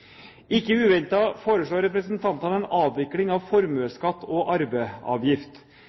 Ikke uventet foreslår representantene en avvikling av formuesskatt og